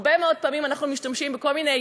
הרבה מאוד פעמים אנחנו משתמשים בכל מיני